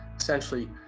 essentially